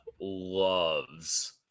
loves